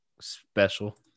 special